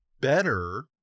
better